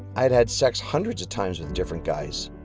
i had had sex hundreds of times with different guys.